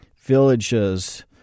villages